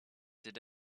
did